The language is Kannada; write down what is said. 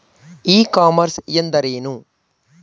ಇ ಕಾಮರ್ಸ್ ಎಂದರೇನು?